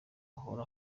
ahora